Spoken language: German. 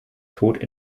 tod